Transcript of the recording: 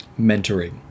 mentoring